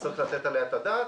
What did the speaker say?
וצריך לתת עליה את הדעת.